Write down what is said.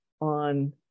on